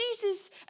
Jesus